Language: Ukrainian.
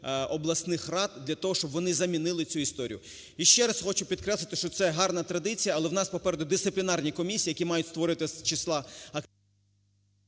обласних рад для того, щоб вони замінили цю історію. І ще раз хочу підкреслити, що це гарна традиція. Але у нас попереду дисциплінарні комісії, які мають створити з числа…